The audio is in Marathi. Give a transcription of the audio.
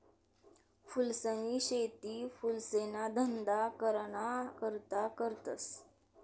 फूलसनी शेती फुलेसना धंदा कराना करता करतस